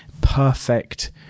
perfect